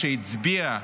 שהצביעה